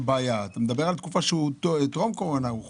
אתה מדבר על כך שהוא חולק בתקופת טרום קורונה.